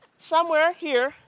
somewhere here,